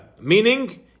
meaning